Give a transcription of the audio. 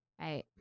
Right